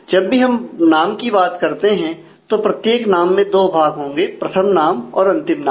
जब भी हम नाम की बात करते हैं तो प्रत्येक नाम में दो भाग होंगे प्रथम नाम और अंतिम नाम